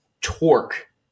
torque